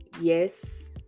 Yes